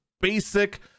basic